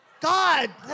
God